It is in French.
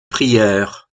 prieurs